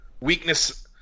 weakness